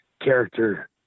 character